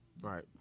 Right